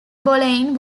boleyn